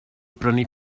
brynu